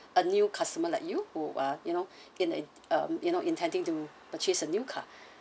a new customer like you who are you know in a um you know intending to purchase a new car